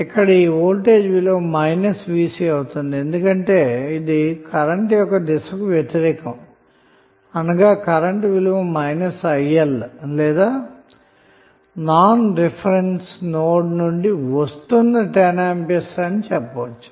ఇక్కడ ఈ వోల్టేజ్ విలువ అవుతుంది ఎందుకంటే ఇది కరెంటు యొక్క దిశకు వ్యతిరేకం అనగా కరెంట్ విలువ లేదా నాన్ రిఫరెన్స్ నోడ్ నుండి వస్తున్న 10A అని చెప్పవచ్చు